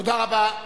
תודה רבה.